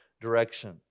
direction